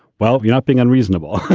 well, you're not being unreasonable.